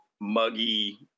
muggy